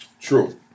True